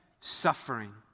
suffering